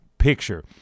picture